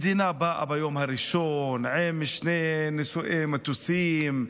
מדינה באה ביום הראשון עם שתי נושאות מטוסים,